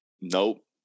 Nope